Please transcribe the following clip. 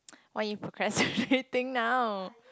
why are you procrastinating now